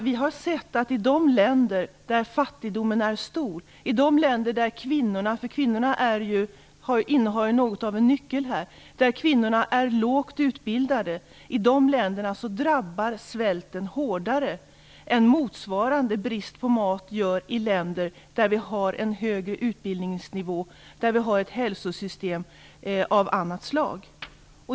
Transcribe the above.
Vi har sett att i de länder där fattigdomen är stor och där kvinnorna, som ju är något av en nyckelgrupp, är lågt utbildade, drabbar svälten hårdare än vad motsvarande brist på mat gör i länder som har en högre utbildningsnivå och ett hälsosystem av annat slag.